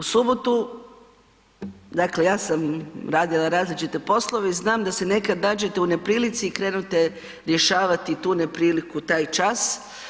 U subotu, dakle ja sam radila različite poslove i znam da se nekad nađete u neprilici i krenete rješavati tu nepriliku taj čas.